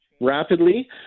rapidly